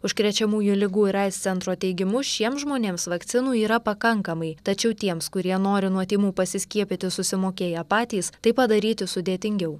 užkrečiamųjų ligų ir aids centro teigimu šiems žmonėms vakcinų yra pakankamai tačiau tiems kurie nori nuo tymų pasiskiepyti susimokėję patys tai padaryti sudėtingiau